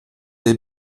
des